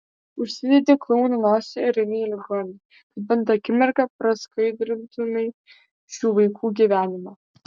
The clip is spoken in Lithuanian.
užsidedi klouno nosį ir eini į ligoninę kad bent akimirką praskaidrintumei šių vaikų gyvenimą